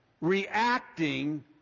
reacting